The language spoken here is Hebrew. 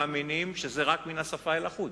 מאמינים שזה רק מן השפה ולחוץ.